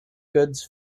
goods